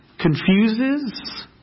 confuses